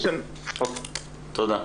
תודה.